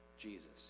Jesus